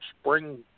spring